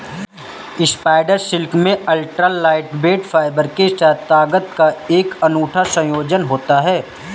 spider silk में ultra lightweight fibre के साथ ताकत का एक अनूठा संयोजन होता है